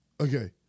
Okay